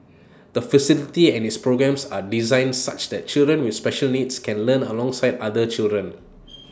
the facility and its programmes are designed such that children with special needs can learn alongside other children